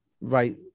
right